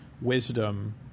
wisdom